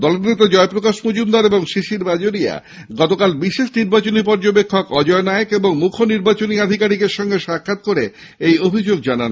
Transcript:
দলের নেতা জয়প্রকাশ মজুমদার ও শিশির বাজোরিয়া গতকাল বিশেষ নির্বাচনী পর্যবেক্ষক অজয় নায়েক ও মুখ্য নির্বাচনী আধিকারিক আরিজ আফতাবের সঙ্গে দেখা করে এই অভিযোগ জানান